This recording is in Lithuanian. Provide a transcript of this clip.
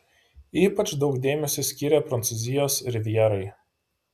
ypač daug dėmesio skyrė prancūzijos rivjerai